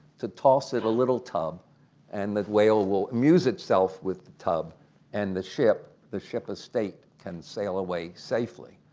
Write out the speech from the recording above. to toss it a little tub and the whale will amuse itself with the tub and the ship, ship of state, can sail away safely.